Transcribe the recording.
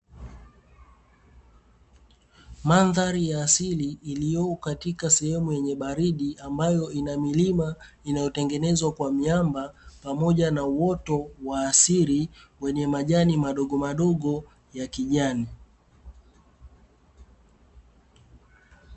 Mandhari ya asili iliyopo katika sehemu yenye baridi ambayo ina milima inayotengenezwa kwa miamba, pamoja na uoto wa asili wenye majani madogomadogo ya kijani.